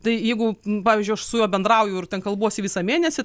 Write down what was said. tai jeigu pavyzdžiui aš su juo bendrauju ir kalbuosi visą mėnesį